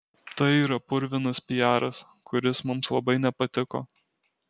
tai yra purvinas piaras kuris mums labai nepatiko